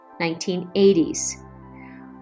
1980s